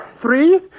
Three